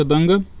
and